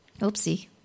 oopsie